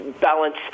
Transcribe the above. balance